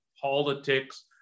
politics